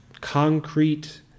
concrete